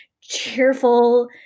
cheerful